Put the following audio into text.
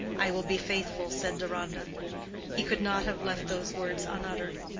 i will be faithful, said deronda he could not have left those words unuttered.